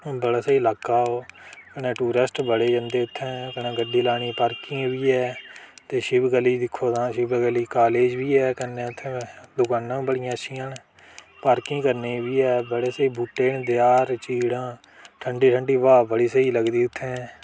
बड़ा स्हेई लाका ओह् कनै टूरिस्ट बड़े जंदे उत्थें कन्नै गड्डी लानै गी पार्किंग बी ऐ ते शिव गली दिक्खो तां शिव गली कॉलेज बी ऐ कन्नै उत्थै गै दकानां बी बडियां अच्छियां न पार्किंग करने बी ऐ बड़े स्हेई बूह्टे न देआर चीड़ां ठंडी ठंडी ब्हा बड़ी स्हेई लगदी उत्थै